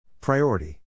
Priority